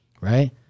right